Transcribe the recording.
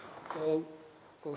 með